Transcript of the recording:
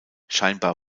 scheinbar